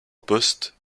poste